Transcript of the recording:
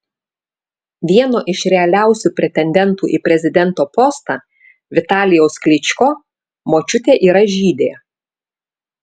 vieno iš realiausių pretendentų į prezidento postą vitalijaus klyčko močiutė yra žydė